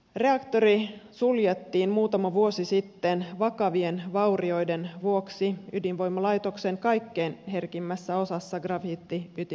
reaktori suljettiin muutama vuosi sitten vakavien vaurioiden vuoksi ydinvoimalaitoksen kaikkein herkimmässä osassa grafiittiytimessä